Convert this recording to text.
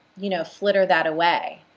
you know, flitter that away.